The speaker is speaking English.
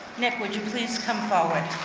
nick, would you please come forward?